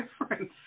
difference